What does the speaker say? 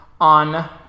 on